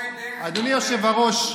אדוני היושב-ראש,